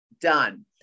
done